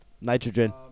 Nitrogen